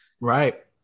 Right